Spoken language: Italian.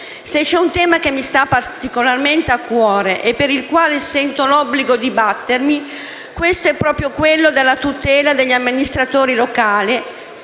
Se c'è un tema che mi sta particolarmente a cuore e per il quale sento l'obbligo di battermi, questo è proprio quello della tutela degli amministratori locali